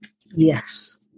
yes